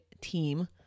team